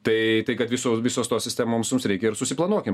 tai tai kad visos visos tos sistemoms mums reikia ir susiplanuokim